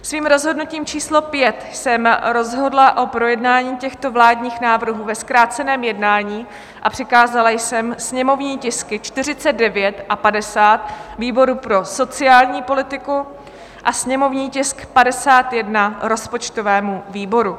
Svým rozhodnutím číslo 5 jsem rozhodla o projednání těchto vládních návrhů ve zkráceném jednání a přikázala jsem sněmovní tisky 49 a 50 výboru pro sociální politiku a sněmovní tisk 51 rozpočtovému výboru.